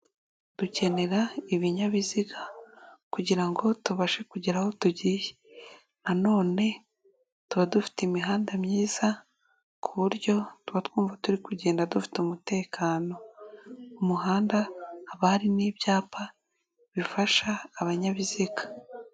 Dukenera ibinyabiziga kugira ngo tubashe kugera aho tugiye, nanone tuba dufite imihanda myiza ku buryo tuba twumva turi kugenda dufite umutekano. Mu muhanda haba hari n' ibyapa bifasha abanyabiziga.